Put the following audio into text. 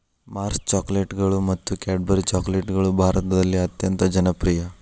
Mars ಚಾಕೊಲೇಟ್ಗಳು ಮತ್ತು Cadbury ಚಾಕೊಲೇಟ್ಗಳು ಭಾರತದಲ್ಲಿ ಅತ್ಯಂತ ಜನಪ್ರಿಯ